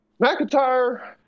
McIntyre